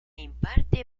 imparte